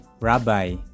Rabbi